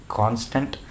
constant